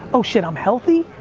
oh shit. i'm healthy.